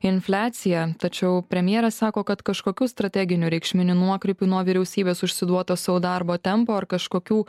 infliacija tačiau premjerė sako kad kažkokių strateginių reikšminių nuokrypių nuo vyriausybės užsiduoto sau darbo tempo ar kažkokių